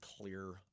clear